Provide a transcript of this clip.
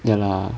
ya lah